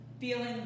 feeling